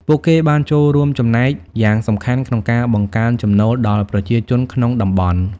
ពួកគេបានរួមចំណែកយ៉ាងសំខាន់ក្នុងការបង្កើនចំណូល ដល់ប្រជាជនក្នុងតំបន់។